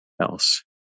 else